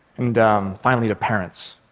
and finally to parents